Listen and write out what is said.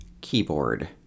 keyboard